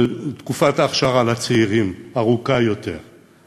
תקופת אכשרה ארוכה יותר לצעירים,